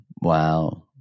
Wow